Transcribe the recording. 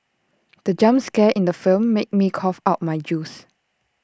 the jump scare in the film made me cough out my juice